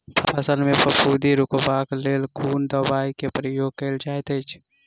फसल मे फफूंदी रुकबाक लेल कुन दवाई केँ प्रयोग कैल जाइत अछि?